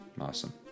Awesome